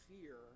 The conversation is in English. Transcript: fear